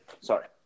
Sorry